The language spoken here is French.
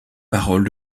paroles